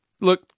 Look